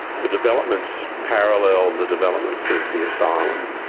the developments paralleled the developments of the asylum.